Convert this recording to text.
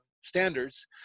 standards